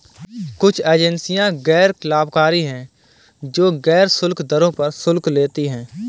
कुछ एजेंसियां गैर लाभकारी हैं, जो गैर शुल्क दरों पर शुल्क लेती हैं